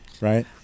right